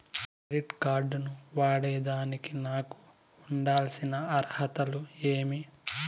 Credit card ను వాడేదానికి నాకు ఉండాల్సిన అర్హతలు ఏమి?